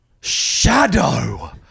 Shadow